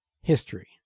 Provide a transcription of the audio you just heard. History